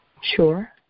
Sure